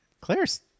Claire's